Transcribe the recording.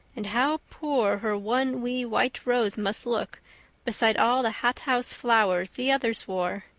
and how poor her one wee white rose must look beside all the hothouse flowers the others wore!